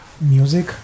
music